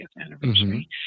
anniversary